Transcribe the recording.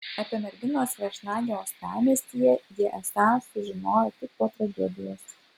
apie merginos viešnagę uostamiestyje jie esą sužinojo tik po tragedijos